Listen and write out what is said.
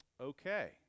okay